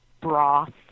broth